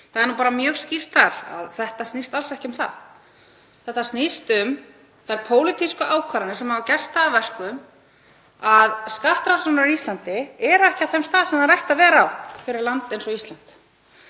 Það er nú bara mjög skýrt þar að málið snýst alls ekki um það. Það snýst um þær pólitísku ákvarðanir sem hafa gert það að verkum að skattrannsóknir á Íslandi eru ekki á þeim stað sem þær ættu að vera á fyrir land eins og Ísland.